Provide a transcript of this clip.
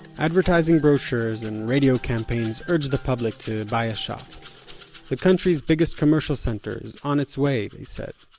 advertising brochures and radio campaigns urged the public to buy a shop the country's biggest commercial center is on its way, they said,